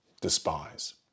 despise